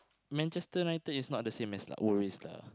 Manchester-United is not the same as l~ always lah